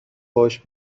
باش